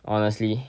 honestly